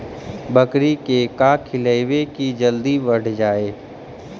बकरी के का खिलैबै कि जल्दी बढ़ जाए?